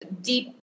deep